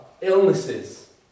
illnesses